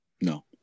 No